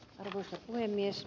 arvoisa puhemies